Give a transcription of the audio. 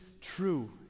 true